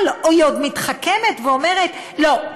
אבל היא עוד מתחכמת ואומרת: לא,